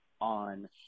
on